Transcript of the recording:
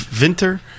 Winter